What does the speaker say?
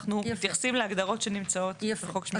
אנחנו מתייחסים להגדרות שנמצאות בחוק שמורות הטבע.